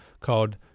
called